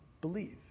believe